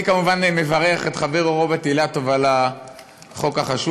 אני כמובן מברך את חברנו רוברט אילטוב על החוק החשוב